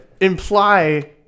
Imply